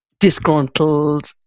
disgruntled